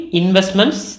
investments